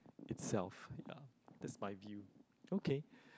itself yeah that's my view okay